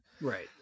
Right